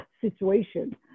situation